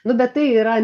nu bet tai yra